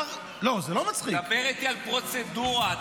דבר איתי על פרוצדורה.